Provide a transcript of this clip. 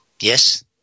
Yes